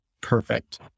perfect